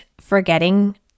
forgetting